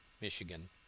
Michigan